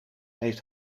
heeft